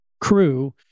crew